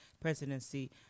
presidency